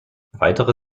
weitere